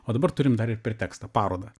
o dabar turim dar ir pretekstą parodą